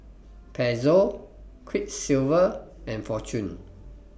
Pezzo Quiksilver and Fortune